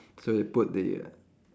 so they put the